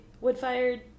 wood-fired